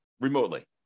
remotely